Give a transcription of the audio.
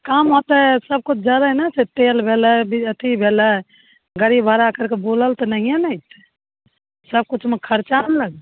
कम होतै सब किछु देबै ने जैसे तेल भेलै एथी भेलै गाड़ी भाड़ा कैरि कऽ बुलल तऽ नहिए ने अयतै सब किछुमे खर्चा ने लगतै